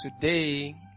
Today